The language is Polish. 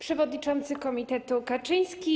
Przewodniczący Komitetu Kaczyński!